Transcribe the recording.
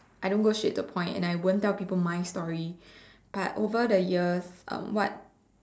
I don't go straight the point and I won't tell people my story but over the years um what